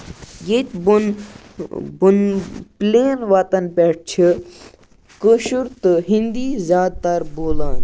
ییٚتہِ بۄن بۄن پٕلین وَتَن پٮ۪ٹھ چھِ کٲشُر تہٕ ہِندی زیادٕ تَر بولان